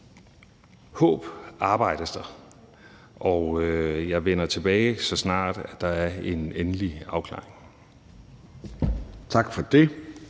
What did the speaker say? håb, arbejdes der, og jeg vender tilbage, så snart der er en endelig afklaring. Kl.